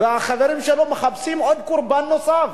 והחברים שלו מחפשים קורבן נוסף.